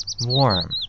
warm